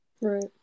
Right